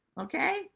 okay